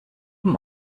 vom